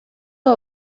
aba